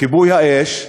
כיבוי האש,